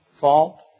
fault